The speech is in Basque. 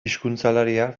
hizkuntzalaria